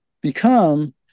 become